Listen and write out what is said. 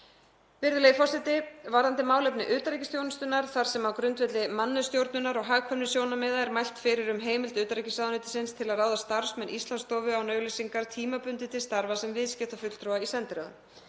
Virðulegi forseti. Vík ég þá að málefni utanríkisþjónustunnar þar sem á grundvelli mannauðsstjórnunar og hagkvæmnissjónarmiða er mælt fyrir um heimild utanríkisráðuneytisins til að ráða starfsmenn Íslandsstofu, án auglýsingar, tímabundið til starfa sem viðskiptafulltrúa í sendiráðum.